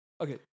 okay